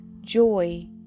joy